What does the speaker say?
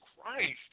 Christ